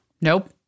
Nope